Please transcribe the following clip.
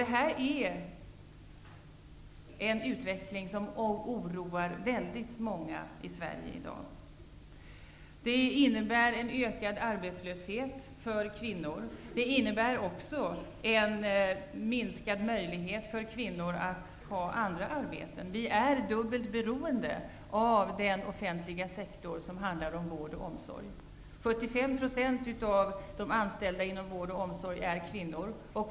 Detta är en utveckling som oroar väldigt många människor i Sverige i dag. Den innebär ökad arbetslöshet för kvinnor och minskade möjligheter för kvinnor att ha ett arbete inom andra sektorer. Vi är dubbelt beroende av den offentliga sektor som handhar vård och omsorg. 75 % av de anställda inom vård och omsorg är kvinnor.